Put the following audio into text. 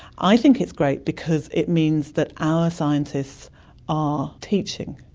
i think it's great because it means that our scientists are teaching,